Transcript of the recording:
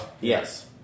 yes